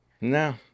No